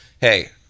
hey